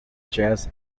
jazz